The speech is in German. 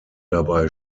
dabei